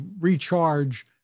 recharge